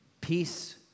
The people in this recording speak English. Peace